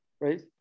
right